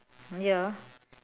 ya